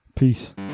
Peace